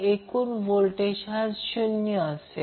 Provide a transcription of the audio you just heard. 5 watt असेल